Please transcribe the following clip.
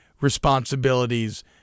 responsibilities